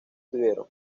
tuvieron